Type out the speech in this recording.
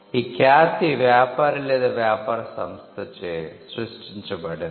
ఈ ఖ్యాతి వ్యాపారి లేదా వ్యాపార సంస్థచే సృష్టించబడింది